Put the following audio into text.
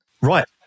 Right